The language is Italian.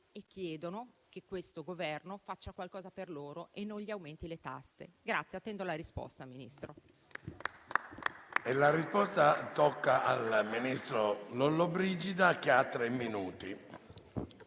e chiedono che questo Governo faccia qualcosa per loro e non aumenti le tasse. Attendo la risposta, signor